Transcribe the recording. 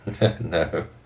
No